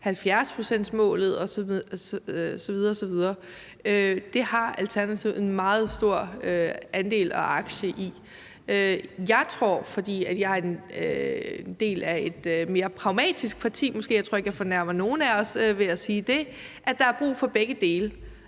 70-procentsmålet osv. osv. Det har Alternativet en meget stor andel og aktie i. Jeg er en del af et måske mere pragmatisk parti – jeg tror ikke, jeg fornærmer nogen af os ved at sige det